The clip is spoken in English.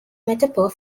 metaphor